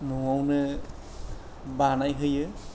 न'आवनो बानायहोयो